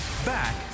Back